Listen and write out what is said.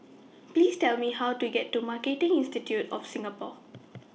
Please Tell Me How to get to Marketing Institute of Singapore